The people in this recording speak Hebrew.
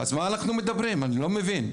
על מה אנחנו מדברים אני לא מבין,